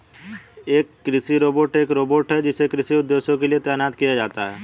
एक कृषि रोबोट एक रोबोट है जिसे कृषि उद्देश्यों के लिए तैनात किया जाता है